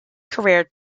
career